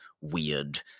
weird